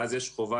אז יש חובה,